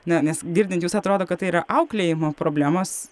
na nes girdint jus atrodo kad tai yra auklėjimo problemos